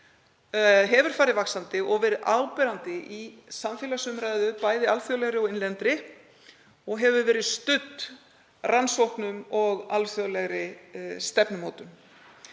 hafa farið vaxandi og verið áberandi í samfélagsumræðu, bæði alþjóðlegri og innlendri, og hafa verið studdar rannsóknum og alþjóðlegri stefnumótun.